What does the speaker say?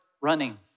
running